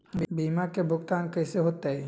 बीमा के भुगतान कैसे होतइ?